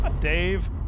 Dave